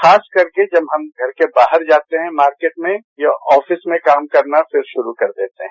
खास करके जब हम घर के बाहर जाते हैं मार्केट में या ऑफिस में काम करना फिर शुरू कर देते हैं